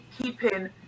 keeping